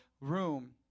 room